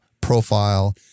profile